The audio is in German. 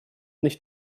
nicht